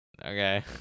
okay